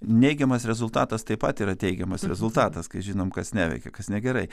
neigiamas rezultatas taip pat yra teigiamas rezultatas kai žinom kas neveikia kas negerai